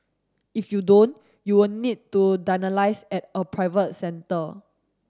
if you don't you will need to at a private centre